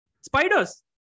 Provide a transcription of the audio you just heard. Spiders